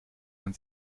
man